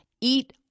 eat